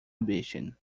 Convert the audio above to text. ambition